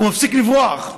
הוא מפסיק לברוח,